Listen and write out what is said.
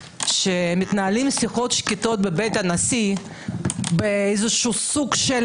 שמתנהלים שיחות שקטות בבית הנשיא בסוג של